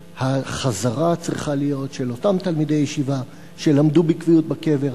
והחזרה צריכה להיות של אותם תלמידי ישיבה שלמדו בקביעות בקבר,